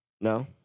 No